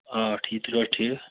آ ٹھیٖک تُہۍ چھُوا ٹھیٖک